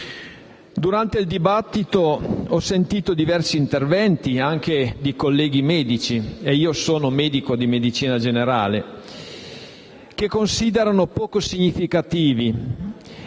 Durante il dibattito ho sentito diversi interventi anche di colleghi medici - io sono medico di medicina generale - che considerano poco significativi,